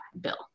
bill